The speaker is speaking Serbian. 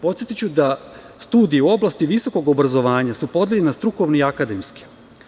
Podsetiću da studije u oblasti visokog obrazovanja su podeljena na strukovne i akademske.